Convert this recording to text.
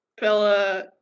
Bella